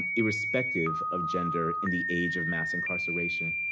irrespective of gender in the age of mass incarceration?